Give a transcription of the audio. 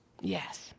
Yes